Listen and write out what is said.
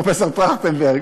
פרופסור טרכטנברג?